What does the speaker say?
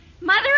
Mother